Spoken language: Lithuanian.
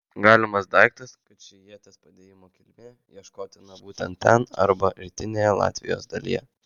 galimas daiktas kad ši ieties padėjimo kilmė ieškotina būtent ten arba rytinėje latvijos dalyje